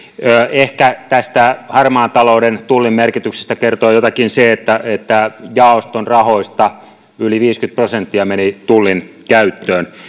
ehkä tästä harmaan talouden ja tullin merkityksestä kertoo jotakin se että että jaoston rahoista yli viisikymmentä prosenttia meni tullin käyttöön